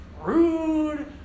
rude